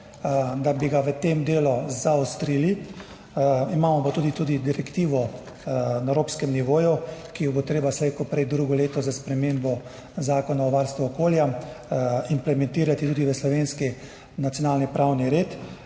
da bi ga v tem delu zaostrili. Imamo pa tudi direktivo na evropskem nivoju, ki jo bo treba slej ko prej, drugo leto s spremembo Zakona o varstvu okolja implementirati tudi v slovenski nacionalni pravni red.